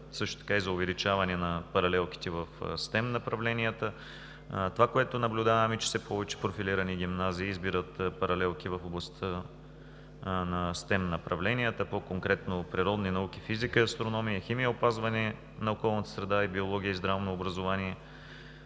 също така допринася за увеличаване на паралелките в STEM направленията. Това, което наблюдаваме, е, че все повече профилирани гимназии избират паралелки в областта на STEM направленията, по-конкретно природни науки, физика и астрономия, химия и опазване на околната среда, биология и здравно образование,